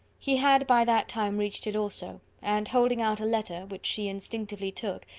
he had by that time reached it also, and, holding out a letter, which she instinctively took,